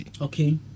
Okay